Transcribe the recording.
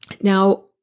Now